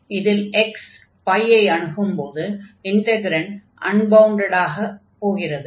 இதில் x ஐ அணுகும்போது இன்டக்ரன்ட் அன்பவுண்டட் ஆகிறது